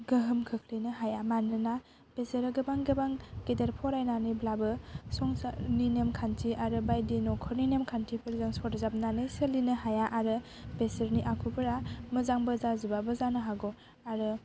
गोहोम खोख्लैनो हाया मानोना बेसोरो गोबां गोबां गेदेर फरायनानैब्लाबो संसारनि नेमखान्थि आरो बायदि न'खरनि नेमखान्थिफोरजों सरजाबनानै सोलिनो हाया आरो बेसोरनि आखुफोरा मोजांबो जाजोबाबो जानो हागौ आरो